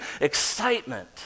excitement